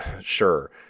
sure